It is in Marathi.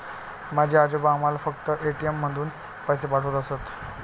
माझे आजोबा आम्हाला फक्त ए.टी.एम मधून पैसे पाठवत असत